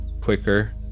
quicker